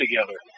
together